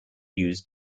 used